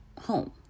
home